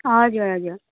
हजुर हजुर